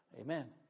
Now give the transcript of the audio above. Amen